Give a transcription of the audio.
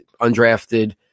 undrafted